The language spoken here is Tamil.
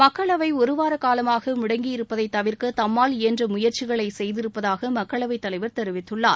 மக்களவை ஒருவார காலமாக முடங்கியிருப்பதைத் தவிர்க்க தம்மால் இயன்ற முயற்சிகளை செய்திருப்பதாக மக்களவைத் தலைவர் தெரிவித்துள்ளார்